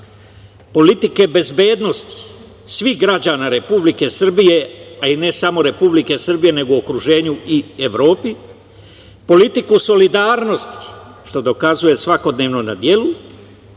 politike bezbednosti svih građana Republike Srbije, ne samo Republike Srbije, nego u okruženju i Evropi, politiku solidarnosti, što dokazuje svakodnevno na delu,